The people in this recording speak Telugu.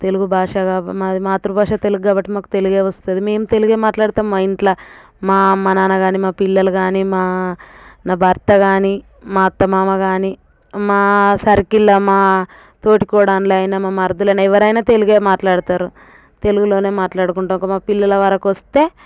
తెలుగు భాష కా మాది మాతృభాష తెలుగు కాబట్టి మాకు తెలుగే వస్తుంది మేము తెలుగే మాట్లాడ తాము మా ఇంట్లో మా అమ్మ నాన్న కాని మా పిల్లలు కానీ మా నా భర్త కానీ మా అత్త మామ కానీ మా సర్కిల్లో మా తోటి కోడళ్ళైనా మా మరదలైనా ఎవరైనా తెలుగే మాట్లాడతారు తెలుగులోనే మాట్లాడకుంటాము ఇంకా మా పిల్లల వరకొస్తే